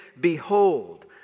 behold